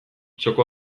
txoko